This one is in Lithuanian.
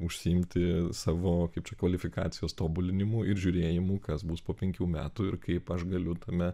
užsiimti savo kaip čia kvalifikacijos tobulinimu ir žiūrėjimu kas bus po penkių metų ir kaip aš galiu tame